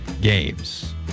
games